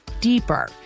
deeper